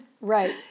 Right